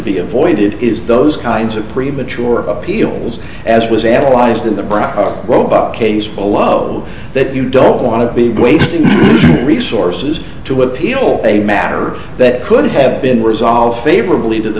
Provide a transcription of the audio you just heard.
be avoided is those kinds of premature appeals as was analyzed in the brown robot case alone that you don't want to be wasting resources to appeal a matter that could have been resolved favorably to the